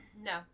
No